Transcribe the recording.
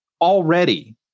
Already